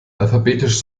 alphabetisch